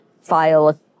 file